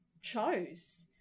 chose